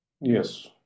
Yes